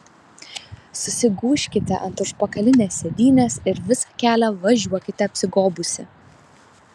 susigūžkite ant užpakalinės sėdynės ir visą kelią važiuokite apsigobusi